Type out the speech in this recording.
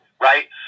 right